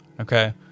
Okay